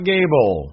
Gable